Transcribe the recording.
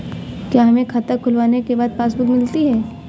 क्या हमें खाता खुलवाने के बाद पासबुक मिलती है?